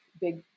big